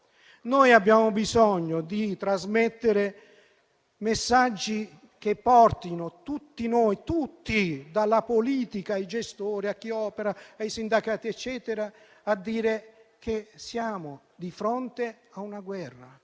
Abbiamo bisogno di trasmettere messaggi che portino tutti noi (dai politici ai gestori, a chi opera, ai sindacati e a quant'altro), a dire che siamo di fronte a una guerra.